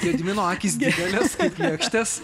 gedimino akys didelės lėkštės